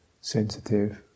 sensitive